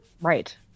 Right